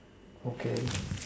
okay